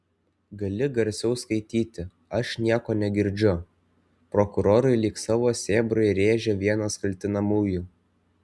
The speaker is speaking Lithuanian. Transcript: gali garsiau skaityti aš nieko negirdžiu prokurorui lyg savo sėbrui rėžė vienas kaltinamųjų